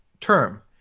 term